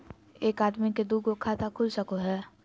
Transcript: एक आदमी के दू गो खाता खुल सको है?